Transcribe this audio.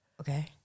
Okay